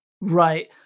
right